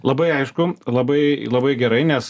labai aišku labai labai gerai nes